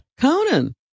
Conan